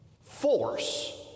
force